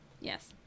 Yes